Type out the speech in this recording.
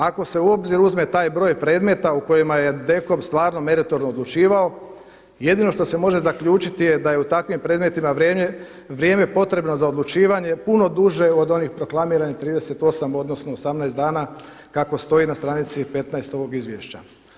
Ako se u obzir uzme taj broj predmeta u kojima je DKOM stvarno meritorno odlučivao jedino što se može zaključiti je da je u takvim predmetima vrijeme potrebno za odlučivanje puno duže od onih proklamiranih 38, odnosno 18 dana kako stoji na stranici 15 ovog izvješća.